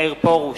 מאיר פרוש,